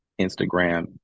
Instagram